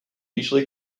usually